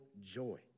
joy